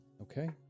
Okay